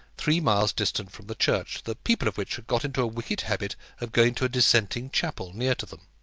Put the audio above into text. three miles distant from the church, the people of which had got into a wicked habit of going to a dissenting chapel near to them.